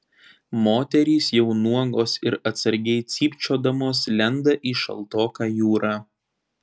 moterys jau nuogos ir atsargiai cypčiodamos lenda į šaltoką jūrą